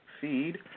feed